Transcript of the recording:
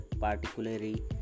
particularly